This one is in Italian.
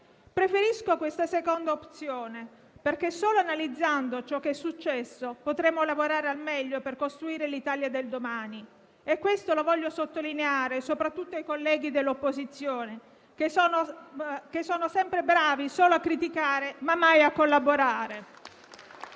Preferisco questa seconda opzione, perché solo analizzando ciò che è successo potremo lavorare al meglio per costruire l'Italia del domani e questo lo voglio sottolineare soprattutto per i colleghi dell'opposizione, che sono sempre bravi solo a criticare, ma mai a collaborare.